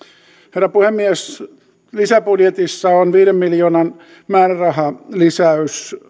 herra puhemies lisäbudjetissa on viiden miljoonan määrärahalisäys